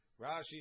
Rashi